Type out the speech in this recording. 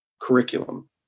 curriculum